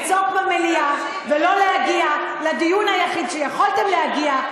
כמה קל לצעוק במליאה ולא להגיע לדיון היחיד שאליו יכולתם להגיע,